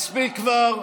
מספיק כבר.